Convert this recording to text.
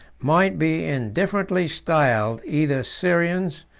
might be indifferently styled either syrians,